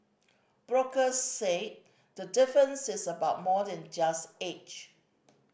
brokers say the difference is about more than just age